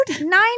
Nine